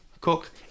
cook